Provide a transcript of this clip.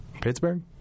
Pittsburgh